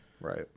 Right